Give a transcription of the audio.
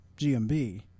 GMB